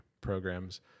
programs